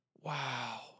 wow